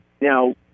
Now